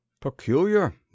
peculiar